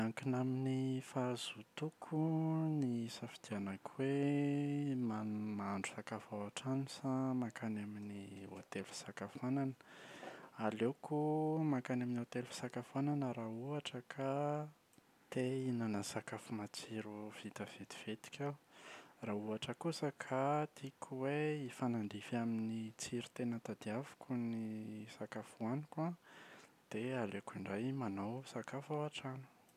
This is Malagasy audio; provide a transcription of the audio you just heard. Miankina amin’ny fahazotoko ny hisafidianako hoe mam- mahandro sakafo ao an-trano sa mankany amin’ny hotely fisakafoanana. Aleoko mankany amin’ny hotely fisakafoanana raha ohatra ka te hihinana sakafo matsiro vita vetivetika aho. Raha ohatra kosa ka tiako hoe hifanandrify amin’ny tsiro tena tadiaviko ny sakafo hoaniko an, dia aleoko indray manao sakafo ao an-trano.